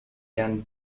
can